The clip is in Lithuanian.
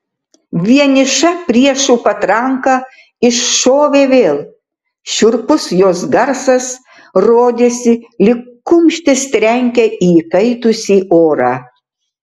vieniša priešų patranka iššovė vėl šiurpus jos garsas rodėsi lyg kumštis trenkia į įkaitusį orą